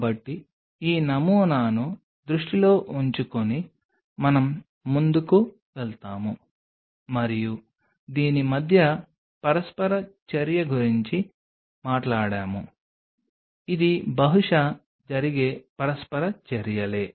కాబట్టి ఈ నమూనాను దృష్టిలో ఉంచుకుని మనం ముందుకు వెళ్తాము మరియు దీని మధ్య పరస్పర చర్య గురించి మాట్లాడాము ఇది బహుశా జరిగే పరస్పర చర్యలే